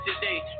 today